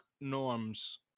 norms